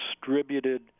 distributed